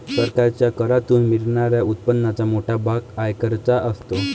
सरकारच्या करातून मिळणाऱ्या उत्पन्नाचा मोठा भाग आयकराचा असतो